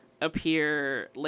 appear